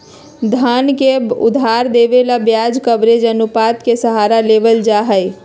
धन के उधार देवे ला ब्याज कवरेज अनुपात के सहारा लेवल जाहई